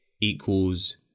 equals